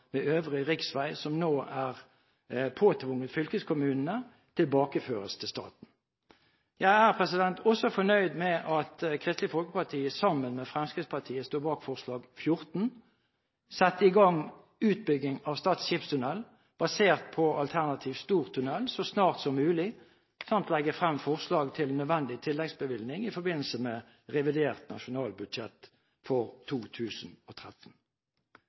med øvrig riksvei som nå er påtvunget fylkeskommunene, tilbakeføres til staten. Jeg er også fornøyd med at Kristelig Folkeparti sammen med Fremskrittspartiet står bak forslag nr. 14 om å sette i gang utbygging av Stad skipstunnel, basert på alternativ Stor Tunnel så snart som mulig, samt legge frem forslag til nødvendig tilleggsbevilgning i forbindelse med revidert nasjonalbudsjett for 2013.